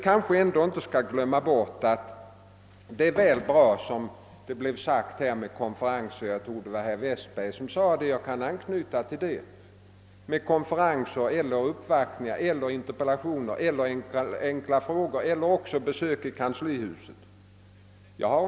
Naturligtvis är det bra — jag anknyter här till herr Westbergs i Ljusdal resonemang — med konferenser och uppvaktningar och interpellationer och enkla frågor och besök i kanslihuset.